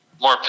More